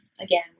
Again